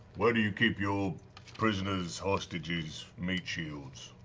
where do you keep your prisoners, hostages, meat shields?